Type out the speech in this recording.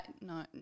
No